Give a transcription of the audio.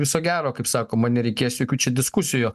viso gero kaip sakoma nereikės jokių diskusijų